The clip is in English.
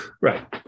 right